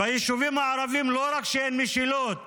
ביישובים הערביים לא רק שאין משילות